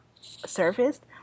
surfaced